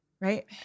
Right